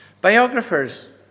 Biographers